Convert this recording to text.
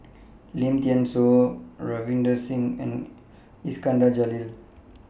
Lim Thean Soo Ravinder Singh and Iskandar Jalil